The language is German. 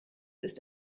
ist